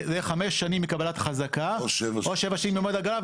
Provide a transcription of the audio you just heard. זה יהיה חמש שנים מקבלת החזקה או שבע שנים ממועד ההגרלה,